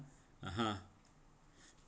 (uh huh)